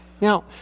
Now